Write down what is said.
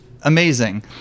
amazing